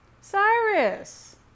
Cyrus